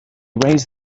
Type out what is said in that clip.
raise